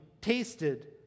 tasted